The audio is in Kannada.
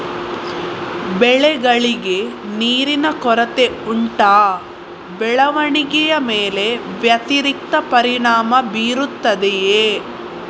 ಬೆಳೆಗಳಿಗೆ ನೀರಿನ ಕೊರತೆ ಉಂಟಾ ಬೆಳವಣಿಗೆಯ ಮೇಲೆ ವ್ಯತಿರಿಕ್ತ ಪರಿಣಾಮಬೀರುತ್ತದೆಯೇ?